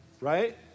Right